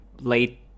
late